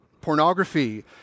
pornography